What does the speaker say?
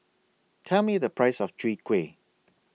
Tell Me The Price of Chwee Kueh